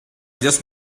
just